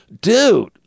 Dude